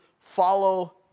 follow